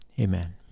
amen